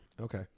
Okay